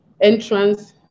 entrance